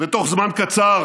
ותוך זמן קצר